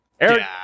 Eric